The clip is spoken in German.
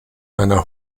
einer